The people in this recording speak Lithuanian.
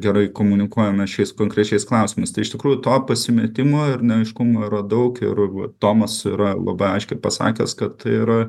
gerai komunikuojame šiais konkrečiais klausimais tai iš tikrųjų to pasimetimo ir neaiškumo yra daug ir va tomas yra labai aiškiai pasakęs kad tai yra